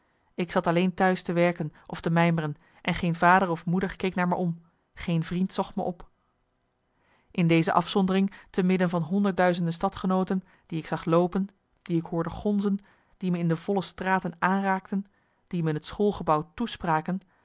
ik zat alleen t'huis te werken of te mijmeren en geen vader of moeder keek naar me om geen vriend zocht me op in deze afzondering te midden van honderdduizenden stadgenooten die ik zag loopen die ik hoorde gonzen die me in de volle straten aanraakten die me in het schoolgebouw toespraken